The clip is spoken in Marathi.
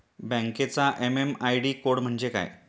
बँकेचा एम.एम आय.डी कोड म्हणजे काय?